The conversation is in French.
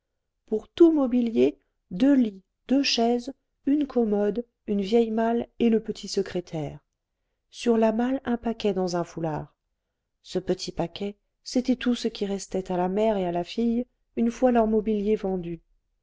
pour tout mobilier deux lits deux chaises une commode une vieille malle et le petit secrétaire sur la malle un paquet dans un foulard ce petit paquet c'était tout ce qui restait à la mère et à la fille une fois leur mobilier vendu